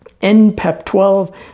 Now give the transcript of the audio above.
NPEP-12